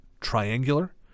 triangular